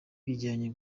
bijya